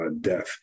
death